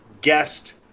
guest